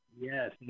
yes